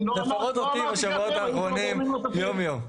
לפחות אותי בשבועות האחרונים יום יום.